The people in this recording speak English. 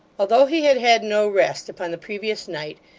although he had had no rest upon the previous night,